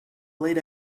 late